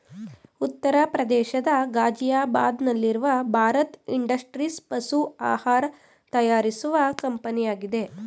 ಉತ್ತರ ಪ್ರದೇಶದ ಗಾಜಿಯಾಬಾದ್ ನಲ್ಲಿರುವ ಭಾರತ್ ಇಂಡಸ್ಟ್ರೀಸ್ ಪಶು ಆಹಾರ ತಯಾರಿಸುವ ಕಂಪನಿಯಾಗಿದೆ